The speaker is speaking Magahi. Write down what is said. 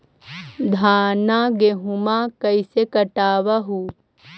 धाना, गेहुमा कैसे कटबा हू?